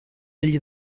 degli